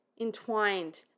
entwined